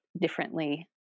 differently